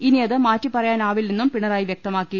ഇനിയത് മാറ്റിപറ യാനാവില്ലെന്നും പിണറായി വൃക്തമാക്കി